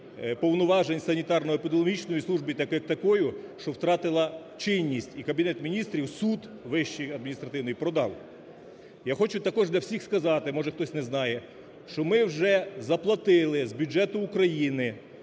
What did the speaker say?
повноважень санітарно-епідеміологічної служби як такою, що втратила чинність. І Кабінет Міністрів, суд Вищий адміністративний …… Я хочу також для всіх сказати (може, хтось не знає), що ми вже заплатили з бюджету України